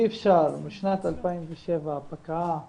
אי אפשר משנת 2007 פקעה